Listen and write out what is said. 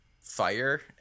fire